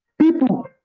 people